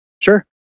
Sure